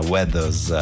Weathers